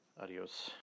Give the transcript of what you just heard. Adios